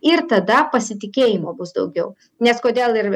ir tada pasitikėjimo bus daugiau nes kodėl ir